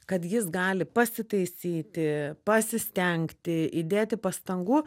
kad jis gali pasitaisyti pasistengti įdėti pastangų